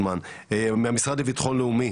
מהמשרד לביטחון לאומי,